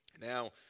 Now